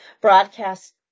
broadcast